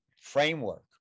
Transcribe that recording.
framework